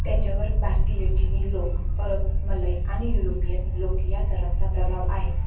त्याच्यावर भारतीय चिनी लोक अरब मलय आणि युरोपियन लोक या सर्वांचा प्रभाव आहे